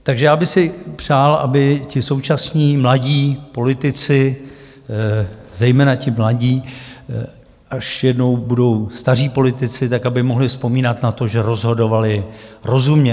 Takže já bych si přál, aby ti současní mladí politici, zejména ti mladí, až jednou budou staří politici, tak aby mohli vzpomínat na to, že rozhodovali rozumně.